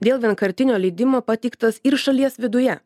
dėl vienkartinio leidimo pateiktas ir šalies viduje